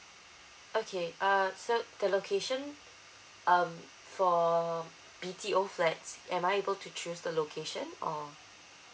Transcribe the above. okay uh so the location um for B_T_O flats am I able to choose the location or